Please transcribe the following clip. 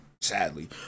sadly